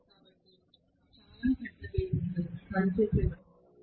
కాబట్టి ఇది చాలా పెద్ద వేగంతో యంత్రం పని చేసేటప్పుడు సమస్యగా ఉంటుంది